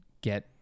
get